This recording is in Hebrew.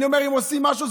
אני אומר שאם עושים משהו,